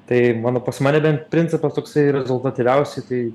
tai mano pas mane bent principas toksai rezultatyviausiai tai